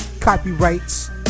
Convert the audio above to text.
copyrights